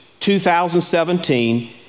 2017